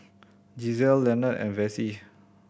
Gisele Lenord and Vessie